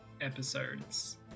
episodes